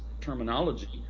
terminology